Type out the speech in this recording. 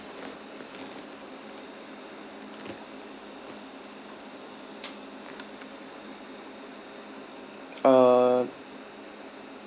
uh